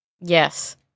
Yes